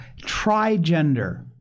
Trigender